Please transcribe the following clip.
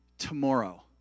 tomorrow